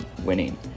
winning